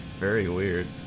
very aware